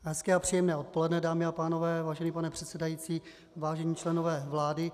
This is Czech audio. Hezké a příjemné odpoledne, dámy a pánové, vážený pane předsedající, vážení členové vlády.